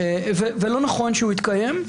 ולא נכון שהוא יתקיים.